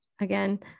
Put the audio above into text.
Again